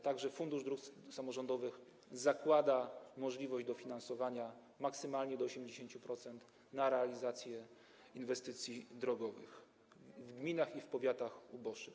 Tak że Fundusz Dróg Samorządowych zakłada możliwość dofinansowania maksymalnie do 80% realizacji inwestycji drogowych w gminach i w powiatach uboższych.